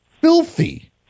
filthy